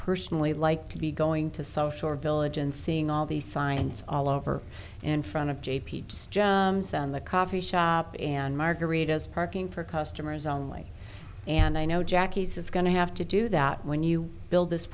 personally like to be going to social village and seeing all these signs all over in front of j p in the coffee shop and margarita's parking for customers only and i know jackie's is going to have to do that when you build this